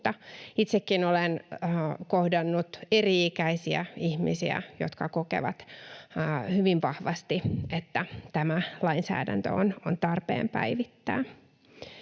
Itsekin olen kohdannut eri-ikäisiä ihmisiä, jotka kokevat hyvin vahvasti, että tämä lainsäädäntö on tarpeen päivittää.